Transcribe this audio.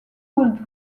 would